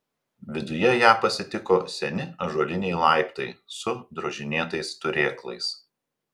viduje ją pasitiko seni ąžuoliniai laiptai su drožinėtais turėklais